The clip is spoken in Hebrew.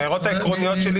האמירות העקרוניות שלי